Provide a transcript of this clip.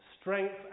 strength